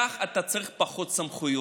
כך אתה צריך פחות סמכויות.